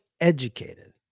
educated